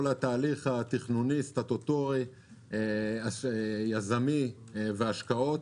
התהליך התכנוני סטטוטורי יזמי והשקעות.